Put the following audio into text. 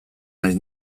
naiz